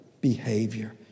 behavior